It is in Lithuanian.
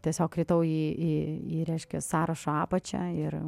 tiesiog kritau į į reiškia sąrašo apačią ir